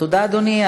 תודה, אדוני.